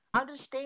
Understand